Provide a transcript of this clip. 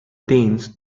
danes